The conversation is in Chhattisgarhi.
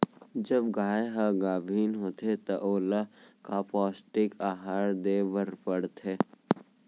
जब गाय ह गाभिन होथे त ओला का पौष्टिक आहार दे बर पढ़थे?